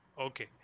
Okay